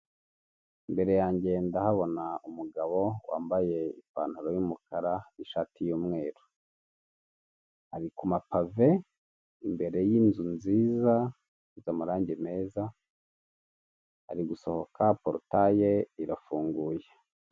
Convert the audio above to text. Imbere yanjye ndahabona umugabo wambaye ipantaro y'umukara n'ishati y'umweru, ari kuma pave imbere y'inzu nziza y'amarangi meza, ari gusohoka porutaye irafunguye.